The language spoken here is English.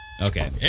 okay